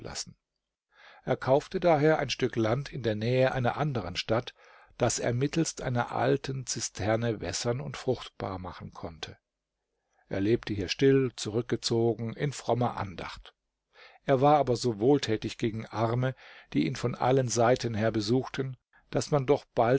er kaufte daher ein stück land in der nähe einer anderen stadt das er mittelst einer alten zisterne wässern und fruchtbar machen konnte er lebte hier still zurückgezogen in frommer andacht er war aber so wohltätig gegen arme die ihn von allen seiten her besuchten daß man doch